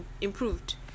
improved